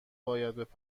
باید